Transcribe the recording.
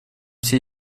все